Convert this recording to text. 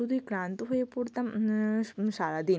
শুধুই ক্লান্ত হয়ে পড়তাম সারা দিন